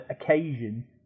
occasion